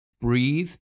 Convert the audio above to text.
Breathe